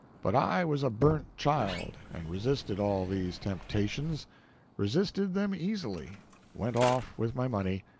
but i was a burnt child, and resisted all these temptations resisted them easily went off with my money,